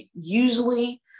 usually